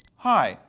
high,